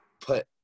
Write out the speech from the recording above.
put